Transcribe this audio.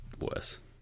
worse